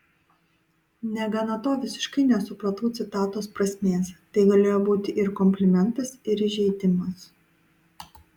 negana to visiškai nesupratau citatos prasmės tai galėjo būti ir komplimentas ir įžeidimas